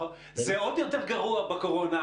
זה עוד יותר גרוע בקורונה,